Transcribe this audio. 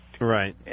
Right